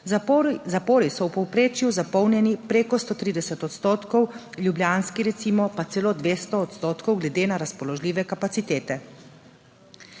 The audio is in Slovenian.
Zapori so v povprečju zapolnjeni preko 130 %, ljubljanski recimo pa celo 200 % glede na razpoložljive kapacitete.